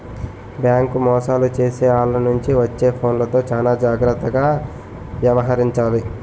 bank మోసాలు చేసే ఆల్ల నుంచి వచ్చే ఫోన్లతో చానా జాగర్తగా యవహరించాలి